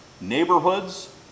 neighborhoods